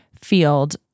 field